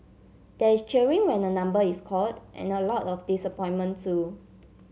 there is cheering when a number is called and a lot of disappointment too